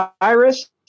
virus